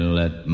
let